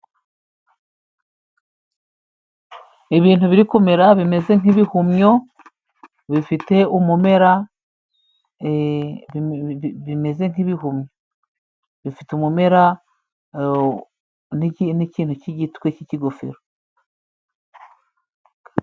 Ibintu biri kumera bimeze nk'ibihumyo, bifite umumera, bimeze nk'ibihumyo, bifite umumera n'ikintu cy'igitwe cy'ikigofero.